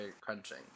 crunching